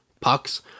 Pucks